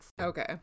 Okay